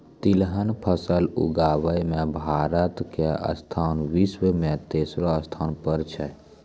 तिलहन फसल उगाबै मॅ भारत के स्थान विश्व मॅ तेसरो स्थान पर छै